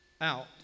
out